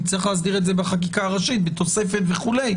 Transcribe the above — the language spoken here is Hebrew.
נצטרך להסדיר את זה בחקיקה ראשית בתוספת וכו'.